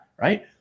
right